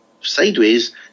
sideways